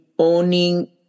owning